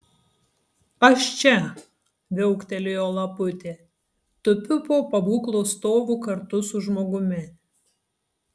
aš čia viauktelėjo laputė tupiu po pabūklo stovu kartu su žmogumi